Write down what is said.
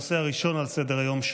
הנושא הראשון על סדר-היום,